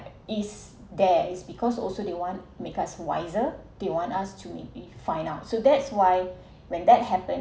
is there it's because also they want make us wiser they want us to be find out so that's why when that happened